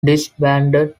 disbanded